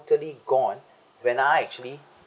totally gone when I actually